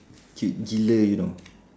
cute gila you know